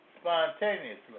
spontaneously